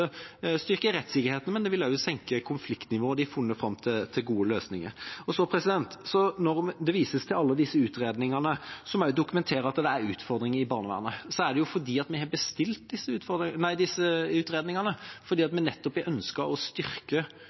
styrke rettssikkerheten, og det vil også senke konfliktnivået – de har funnet fram til gode løsninger. Når det vises til alle disse utredningene, som også dokumenterer at det er utfordringer i barnevernet: Vi har bestilt disse utredningene fordi vi har ønsket å styrke barnevernet og gjøre det enda bedre. På bakgrunn av ulike utredninger er det et enormt arbeid på gang, nettopp fordi vi ønsker å